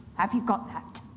have you got that?